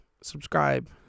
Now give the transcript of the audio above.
subscribe